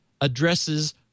addresses